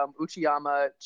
Uchiyama